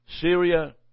Syria